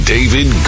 David